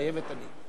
מתחייבת אני.